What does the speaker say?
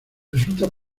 resulta